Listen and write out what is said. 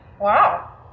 Wow